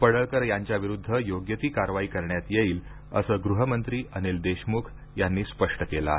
पडळकर यांच्याविरुद्ध योग्य ती कारवाई करण्यात येईल असं गृहमंत्री अनिल देशमुख यांनी स्पष्ट केलं आहे